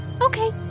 Okay